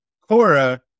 Cora